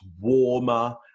warmer